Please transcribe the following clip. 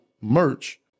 merch